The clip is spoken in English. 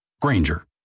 Granger